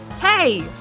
Hey